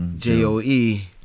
J-O-E